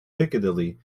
piccadilly